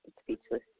Speechless